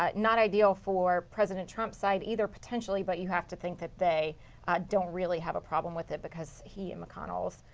ah not ideal for president trump's site either, potentially, but you have to think that they don't really have a problem with it. he and mcconnell